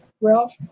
Ralph